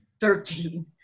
Thirteen